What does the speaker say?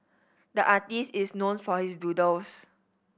the artist is known for his doodles